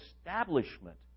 establishment